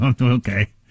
Okay